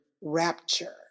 rapture